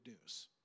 news